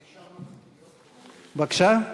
בבקשה.